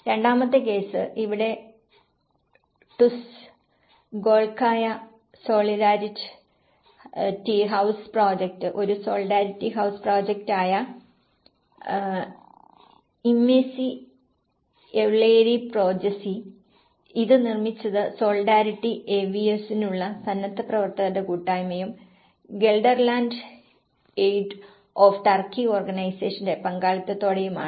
രണ്ടാമത്തെ കേസ് ഇവിടെ ടുസ്സ് ഗോൾക്കായ സോളിഡാരിറ്റി ഹൌസ് പ്രോജക്റ്റ് ഒരു സോളിഡാരിറ്റി ഹൌസ് പ്രോജക്റ്റായ Imece Evleri Projesi ഇത് നിർമ്മിച്ചത് സോളിഡാരിറ്റി AVS നുള്ള സന്നദ്ധപ്രവർത്തകരുടെ കൂട്ടായ്മയും ഗെൽഡർലാൻഡ് എയ്ഡ് ഓഫ് ടർക്കി ഓർഗനൈസേഷന്റെ പങ്കാളിത്തത്തോടെയുമാണ്